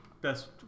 best